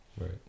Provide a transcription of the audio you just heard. right